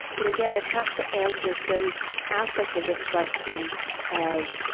but, again, it has to answer some aspect of this question of,